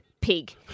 pig